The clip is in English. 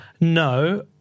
No